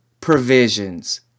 provisions